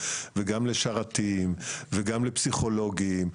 וגם לשרתים וגם לפסיכולוגים.